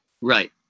Right